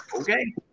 Okay